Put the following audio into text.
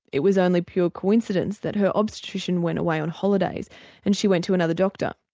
it was only pure coincidence that her obstetrician went away on holidays and she went to another doctor.